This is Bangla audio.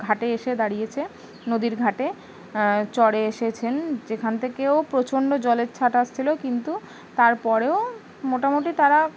ঘাটে এসে দাঁড়িয়েছে নদীর ঘাটে চড়ে এসেছেন যেখান থেকেও প্রচণ্ড জলের ছাট আসছিলো কিন্তু তারপরেও মোটামুটি তারা